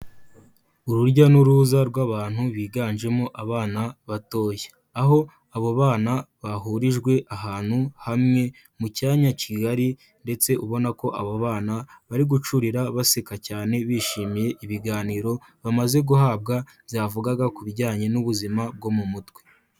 Urujya n'uruza rw'abantu biganjemo abana batoya, aho abo bana bahurijwe ahantu hamwe mu cyanya kigari ndetse ubona ko abo bana bari gucurira baseka cyane bishimiye ibiganiro bamaze guhabwa byavugaga ku bijyanye n'ubuzima bwo mu mutwe.